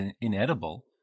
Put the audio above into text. inedible